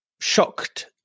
shocked